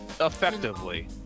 effectively